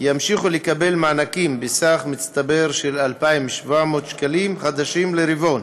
ימשיכו לקבל מענקים בסכום מצטבר של 2,700 שקלים חדשים לרבעון